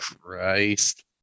Christ